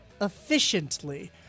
efficiently